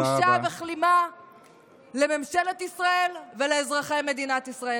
בושה וכלימה לממשלת ישראל ולאזרחי מדינת ישראל.